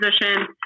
position